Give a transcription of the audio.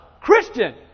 Christian